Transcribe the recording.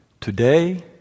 today